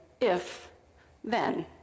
if-then